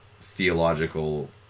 theological